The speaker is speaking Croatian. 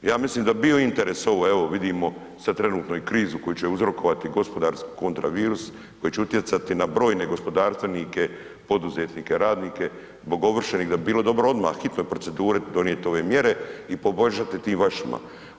Ja mislim da bi bio interes ovo, evo vidimo sad trenutno i krizu koju će uzrokovati gospodarski ... virus koji će utjecati na brojne gospodarstvenike, poduzetnike, radnike, zbog ovršenih, da bi bilo dobro odmah po hitnoj proceduri donijeti ove mjere i poboljšati tim vašima.